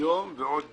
היום ועוד דיון.